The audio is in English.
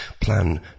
plan